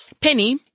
Penny